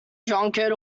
drunkard